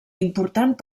important